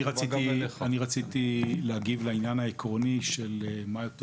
אני רציתי להגיב לעניין העקרוני של מה יותר